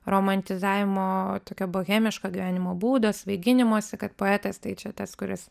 romantizavimo tokio bohemiško gyvenimo būdo svaiginimosi kad poetas tai čia tas kuris